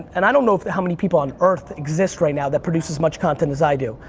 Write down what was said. and i don't know, how many people on earth exist right now that produced as much content as i do.